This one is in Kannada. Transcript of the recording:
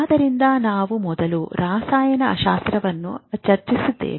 ಆದ್ದರಿಂದ ನಾವು ಮೊದಲು ರಸಾಯನಶಾಸ್ತ್ರವನ್ನು ಚರ್ಚಿಸಿದ್ದೇವೆ